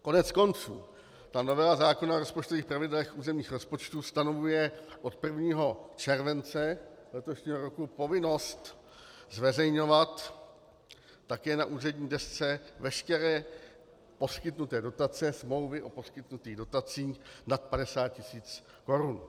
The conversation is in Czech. Koneckonců, ta novela zákona o rozpočtových pravidlech územních rozpočtů stanovuje od 1. července letošního roku povinnost zveřejňovat také na úřední desce veškeré poskytnuté dotace, smlouvy o poskytnutých dotacích nad 50 tisíc korun.